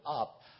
up